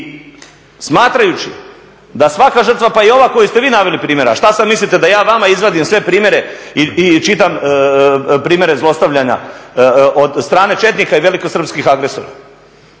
smatrajući da svaka žrtva pa i ova koju ste vi naveli primjera, a što sada mislite, da ja vama izvadim sve primjere i čitam primjere zlostavljanja od strane četnika i veliko srpskih agresora?